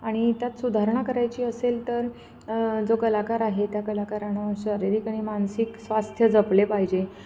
आणि त्यात सुधारणा करायची असेल तर जो कलाकार आहे त्या कलाकारानं शारीरिक आणि मानसिक स्वास्थ्य जपले पाहिजे